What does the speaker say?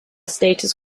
status